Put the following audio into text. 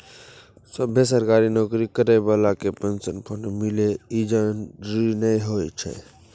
सभ्भे सरकारी नौकरी करै बाला के पेंशन फंड मिले इ जरुरी नै होय छै